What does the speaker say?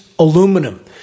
Aluminum